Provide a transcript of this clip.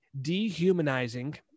dehumanizing